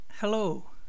Hello